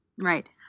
right